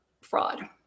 fraud